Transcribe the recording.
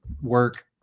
work